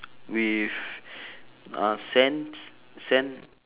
with uh sands sand